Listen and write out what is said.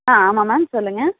ஆ ஆமாம் மேம் சொல்லுங்கள்